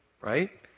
right